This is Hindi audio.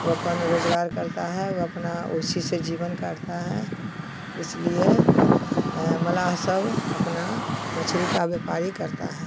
ओ अपन रोजगार करता है ओ अपना उसी से जीवन करता है इसलिए मलाह सब अपना मछली का व्यापारी करता है